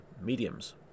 mediums